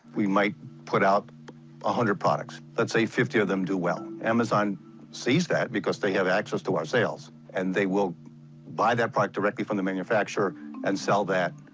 we might put out one ah hundred products. let's say fifty of them do well. amazon sees that because they have access to our sales and they will buy that product directly from the manufacturer and sell that,